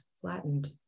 flattened